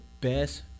best –